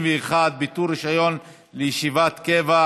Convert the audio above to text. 31) (ביטול רישיון לישיבת קבע),